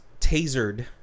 tasered